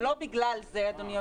זה לא בגלל זה, אדוני היושב-ראש,